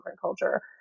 culture